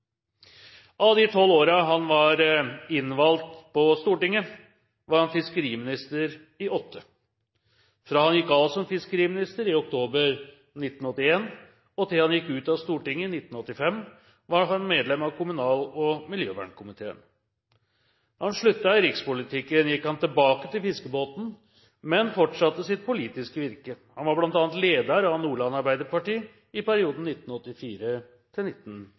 Av de tolv årene han var innvalgt på Stortinget, var han fiskeriminister i åtte. Fra han gikk av som fiskeriminister i oktober 1981 og til han gikk ut av Stortinget i 1985, var han medlem av kommunal- og miljøvernkomiteen. Da han sluttet i rikspolitikken, gikk han tilbake til fiskebåten, men fortsatte sitt politiske virke. Han var bl.a. leder av Nordland Arbeiderparti i perioden